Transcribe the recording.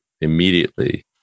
immediately